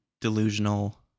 delusional